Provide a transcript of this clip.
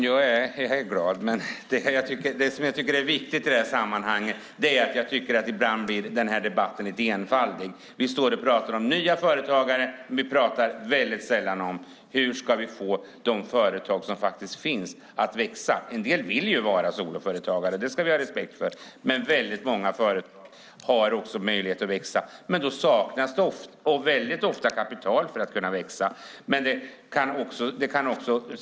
Herr talman! Jag är glad, men jag tycker att debatten ibland blir lite enfaldig. Vi pratar om nya företagare, men vi pratar väldigt sällan om hur vi ska få de företag som finns att växa. En del vill vara soloföretagare, och det ska vi ha respekt för. Många företag har möjlighet att växa, men då saknas det ofta kapital.